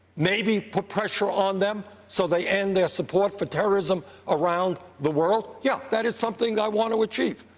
maybe put pressure on them so they end their support for terrorism around the world, yes, that is something i want to achieve.